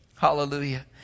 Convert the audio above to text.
Hallelujah